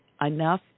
enough